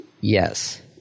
Yes